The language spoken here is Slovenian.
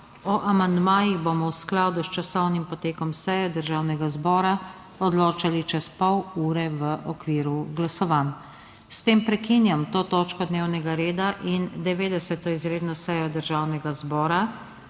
O amandmajih bomo v skladu s časovnim potekom seje Državnega zbora odločali čez pol ure v okviru glasovanj. S tem prekinjam to točko dnevnega reda in 90. izredno sejo Državnega zbora,